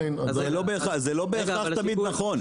זה לא נכון מה שאתה אומר.